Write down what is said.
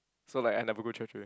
so like I never go church again